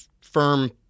firm